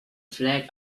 flag